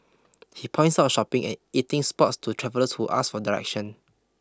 he points out shopping and eating spots to travellers who ask for directions